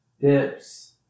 dips